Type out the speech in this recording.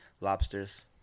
lobsters